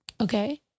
okay